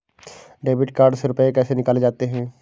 Debit card से रुपये कैसे निकाले जाते हैं?